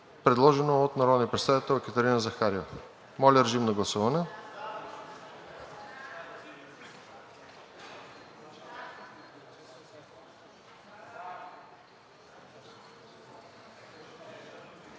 предложено от народния представител Екатерина Захариева. Моля, режим на гласуване.